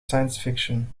sciencefiction